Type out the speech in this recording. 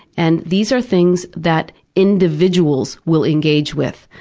and these are things that individuals will engage with.